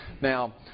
Now